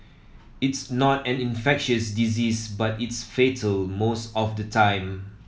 it's not an infectious disease but it's fatal most of the time